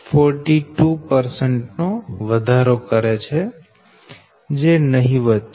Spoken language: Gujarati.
42 નો વધારો કરે છે જે નહિવત્ છે